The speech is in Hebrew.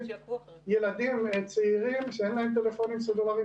ילדים צעירים שאין להם טלפונים סלולרים